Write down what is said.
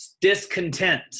discontent